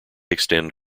extend